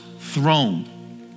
throne